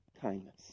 kindness